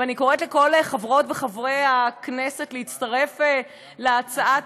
ואני קוראת לכל חברות וחברי הכנסת להצטרף להצעת